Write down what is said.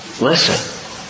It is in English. Listen